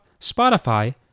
Spotify